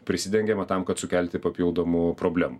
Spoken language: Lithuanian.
prisidengiama tam kad sukelti papildomų problemų